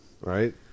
Right